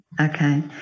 Okay